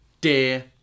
Dear